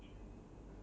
ya